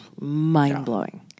Mind-blowing